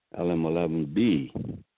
LM11B